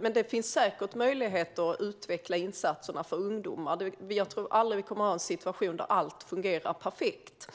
men det finns säkert möjligheter att utveckla insatserna för ungdomar. Jag tror att vi aldrig kommer att ha en situation där allt fungerar perfekt.